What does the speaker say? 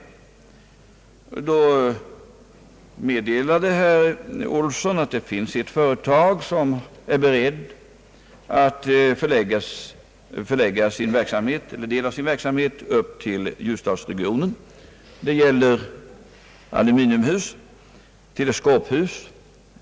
Nu meddelade herr Olsson att det finns ett företag som är villigt att förlägga en del av sin verksamhet till ljusdalsregionen — det gäller aluminiumhus, teleskophus.